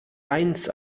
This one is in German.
eins